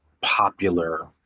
popular